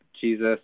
Jesus